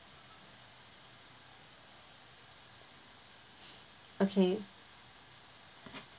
okay